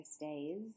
days